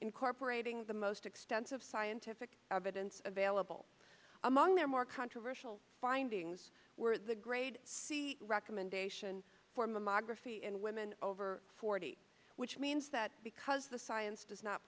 incorporating the most extensive scientific evidence available among their more controversial findings were the grade c recommendation for mammography in women over forty which means that because the science does not